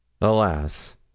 Alas